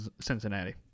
Cincinnati